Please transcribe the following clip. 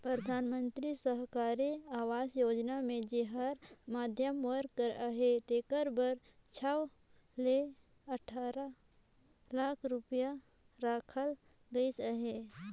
परधानमंतरी सहरी आवास योजना मे जेहर मध्यम वर्ग कर अहे तेकर बर छव ले अठारा लाख रूपिया राखल गइस अहे